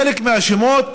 חלק מהשמות,